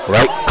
Right